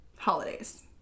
holidays